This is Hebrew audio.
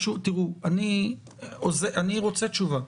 תראו, אני רוצה תשובה.